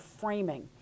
framing